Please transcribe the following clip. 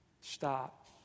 stop